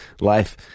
life